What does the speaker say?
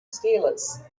steelers